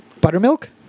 Buttermilk